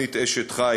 תוכנית "אשת חיל",